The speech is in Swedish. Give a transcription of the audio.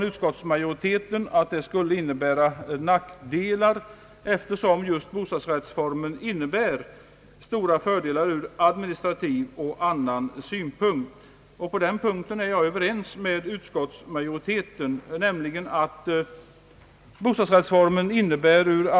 Utskottsmajoriteten anser att det skulle innebära nackdelar eftersom just bostadsrättsformen innebär stora fördelar ur administrativ och annan synpunkt. På den punkten är jag överens med utskottsmajoriteten.